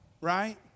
right